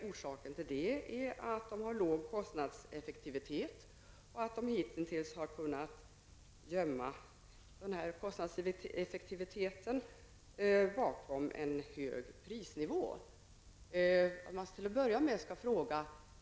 Orsaken till det är att de har låg kostnadseffektivitet och att de hittills har kunnat gömma den låga kostnadseffektiviteten bakom en hög prisnivå.